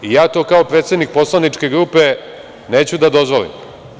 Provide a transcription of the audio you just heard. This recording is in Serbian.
Ja to kao predsednik poslaničke grupe neću da dozvolim.